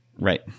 right